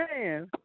man